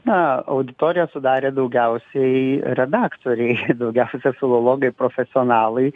na auditoriją sudarė daugiausiai redaktoriai daugiausia filologai profesionalai